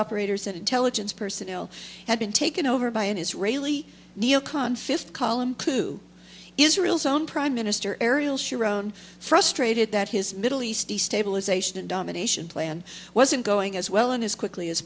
operators and intelligence personnel had been taken over by an israeli neo con fifth column to israel's own prime minister ariel sharon frustrated that his middle east destabilization domination plan wasn't going as well and as quickly as